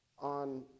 on